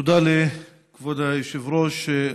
תודה לכבוד היושב-ראש.